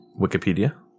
Wikipedia